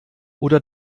oder